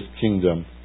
kingdom